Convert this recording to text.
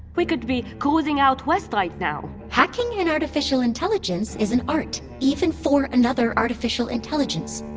we could be cruising out west right now hacking an artificial intelligence is an art, even for another artificial intelligence.